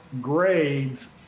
grades